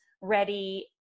ready